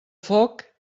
foc